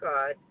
God